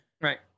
Right